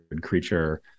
creature